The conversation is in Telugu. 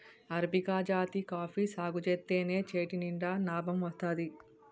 అరబికా జాతి కాఫీ సాగుజేత్తేనే చేతినిండా నాబం వత్తాది